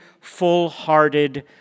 full-hearted